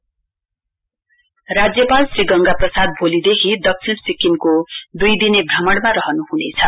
governor राज्यपाल श्री गंगा प्रसाद भोलिदेखि दक्षिण सिक्किमको दुई दिने भ्रमणमा रहनुहुनेछ